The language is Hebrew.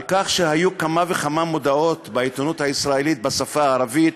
על כך שהיו כמה וכמה מודעות בעיתונות הישראלית בשפה הערבית,